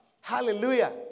Hallelujah